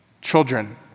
Children